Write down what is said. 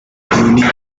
unique